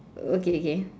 okay okay